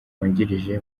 wungirije